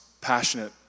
passionate